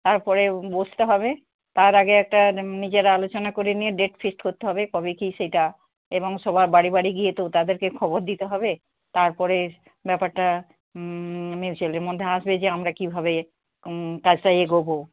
তারপরে বসতে হবে তার আগে একটা নিজেরা আলোচনা করে নিয়ে ডেট ফিক্সড করতে হবে কবে কী সেটা এবং সবার বাড়ি বাড়ি গিয়ে তো তাদেরকে খবর দিতে হবে তারপরে ব্যাপারটা মিউচ্যুয়ালের মধ্যে আসবে যে আমরা কীভাবে কাজটাতে এগোবো